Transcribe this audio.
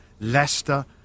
Leicester